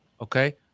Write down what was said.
okay